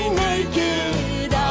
naked